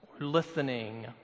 listening